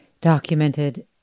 documented